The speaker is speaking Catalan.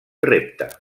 repte